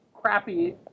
crappy